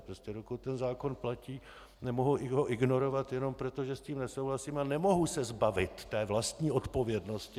Prostě dokud zákon platí, nemohu ho ignorovat jenom proto, že s tím nesouhlasím, a nemohu se zbavit té vlastní odpovědnosti.